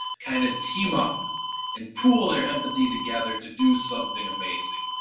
kind of team up and pool their empathy together to do something amazing.